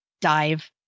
dive